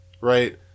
right